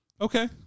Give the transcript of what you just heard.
Okay